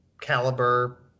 caliber